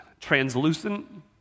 translucent